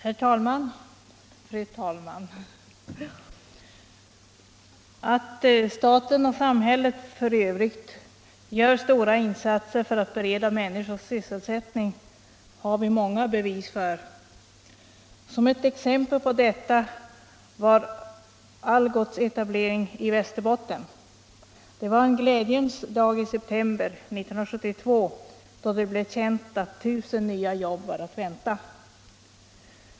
Fru talman! Att staten och samhället i övrigt gör stora insatser för att bereda människor sysselsättning har vi många bevis för. Ett exempel på detta var Algots etablering i Västerbotten. Det var en glädjens dag i september 1972, då det blev känt att 1000 nya jobb var att vänta.